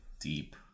deep